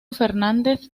fernández